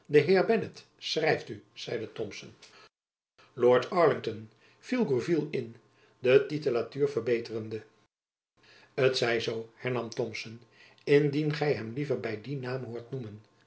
de heer bennet schrijft u zeide thomson lord arlington viel gourville in de titulatuur verbeterende t zij zoo hernam thomson indien gy hem liever by dien naam hoort noemen